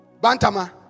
Bantama